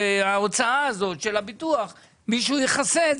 הן רוצות שאת ההוצאה של הביטוח מישהו יכסה.